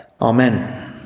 amen